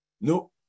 No